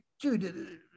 dude